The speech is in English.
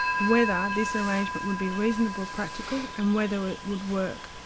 whether this arrangement would be reasonably practical and whether it would work.